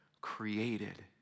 created